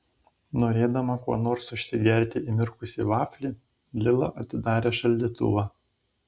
norėdama kuo nors užsigerti įmirkusį vaflį lila atidarė šaldytuvą